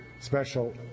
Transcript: special